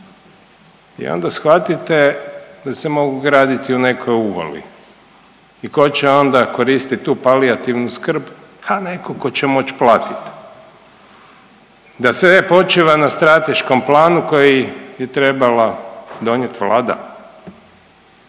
I onda shvatite da se mogu graditi u nekoj uvali. I tko će onda koristiti tu palijativnu skrb, a netko tko će moći platiti. Da sve počiva na strateškom planu koji bi trebala donijeti Vlada,